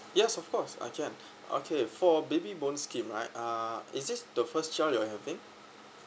yes of course I can okay for baby bonus scheme right uh is this the first child you're having